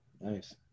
Nice